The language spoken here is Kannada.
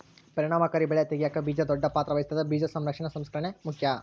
ಪರಿಣಾಮಕಾರಿ ಬೆಳೆ ತೆಗ್ಯಾಕ ಬೀಜ ದೊಡ್ಡ ಪಾತ್ರ ವಹಿಸ್ತದ ಬೀಜ ಸಂರಕ್ಷಣೆ ಸಂಸ್ಕರಣೆ ಮುಖ್ಯ